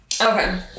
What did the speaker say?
Okay